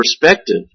perspective